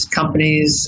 companies